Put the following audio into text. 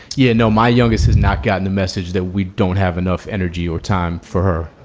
yeah. no, my youngest has not gotten the message that we don't have enough energy or time for her.